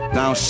now